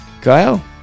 Kyle